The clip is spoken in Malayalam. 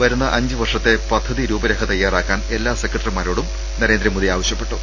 വരുന്ന അഞ്ച് വർഷത്തെ പദ്ധതി രൂപരേഖ് തയാറാക്കാൻ എല്ലാ സെക്രട്ടറിമാരോടും നരേന്ദ്രമോദി ആവശ്യപ്പെട്ടു